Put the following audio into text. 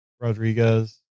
Rodriguez